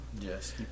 Yes